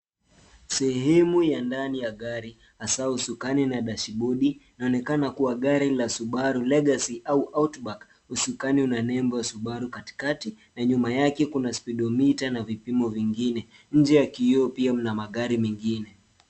Sehemu ya ndani ya gari hasa usukani na dashibodi, unaonekana kuwa gari la Subaru Legacy au Outback. Usukani una nembo ya Subaru katikati na nyuma yake kuna spidomita na vipimo vingine. Nje ya kioo pia mna magari mengine.